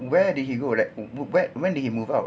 where did he go like when when did he move out